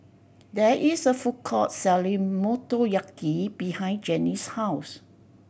there is a food court selling Motoyaki behind Jannie's house